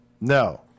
No